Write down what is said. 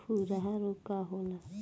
खुरहा रोग का होला?